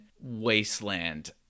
wasteland